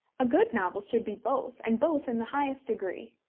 a good novel should be both, and both in the highest degree.